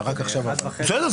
בסדר.